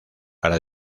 para